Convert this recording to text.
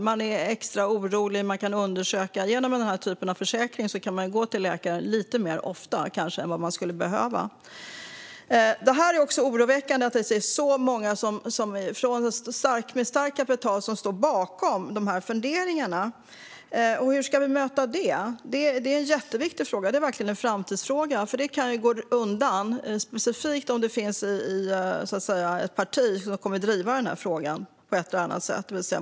Om man är extra orolig kan man genom denna typ av försäkring gå till läkare lite oftare än man skulle behöva. Det är oroväckande att det är så många med starkt kapital som står bakom dessa funderingar. Hur ska vi möta det? Detta är en jätteviktig fråga; det är verkligen en framtidsfråga. Det kan gå undan, specifikt om det finns ett parti - det vill säga Moderaterna - som kommer att driva denna fråga på ett eller annat sätt.